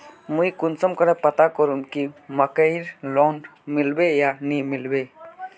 मुई कुंसम करे पता करूम की मकईर लोन मिलबे या नी मिलबे?